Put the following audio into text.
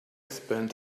spent